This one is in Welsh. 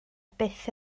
byth